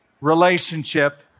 relationship